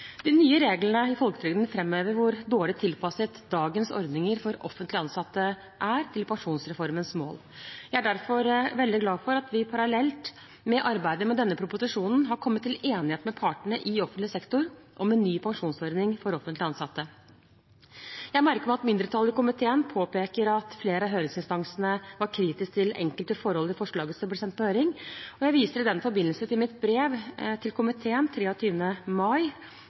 De nye reglene i folketrygden framhever hvor dårlig tilpasset dagens ordninger for offentlig ansatte er til pensjonsreformens mål. Jeg er derfor veldig glad for at vi parallelt med arbeidet med denne proposisjonen har kommet til enighet med partene i offentlig sektor om en ny pensjonsordning for offentlig ansatte. Jeg merker meg at mindretallet i komiteen påpeker at flere av høringsinstansene var kritiske til enkelte forhold i forslaget som ble sendt på høring. Jeg viser i den forbindelse til mitt brev til komiteen av 23. mai,